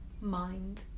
mind